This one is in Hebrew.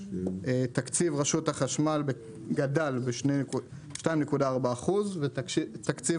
תקציב רשויות החשמל גדל ב-2.4% ותקציב